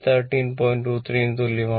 23 ന് തുല്യമാണ്